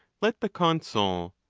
let the consul,